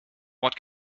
what